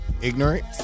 Ignorance